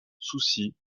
souci